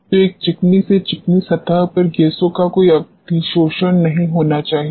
तो एक चिकनी से चिकनी सतह पर गैसों का कोई अधिशोषण नहीं होना चाहिए